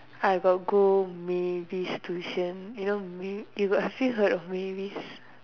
I got go Mavis tuition you know you got see her Mavis